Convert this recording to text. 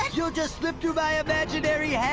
and you'll just slip through my imaginary yeah